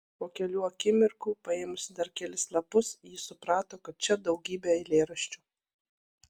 po kelių akimirkų paėmusi dar kelis lapus ji suprato kad čia daugybė eilėraščių